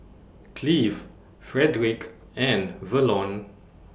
Cleve Frederick and Verlon